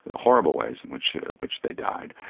horrible ways in which which they died.